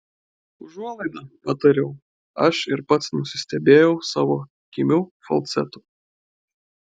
užuolaida patariau aš ir pats nusistebėjau savo kimiu falcetu